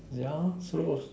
ya so